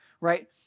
right